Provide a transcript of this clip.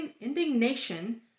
indignation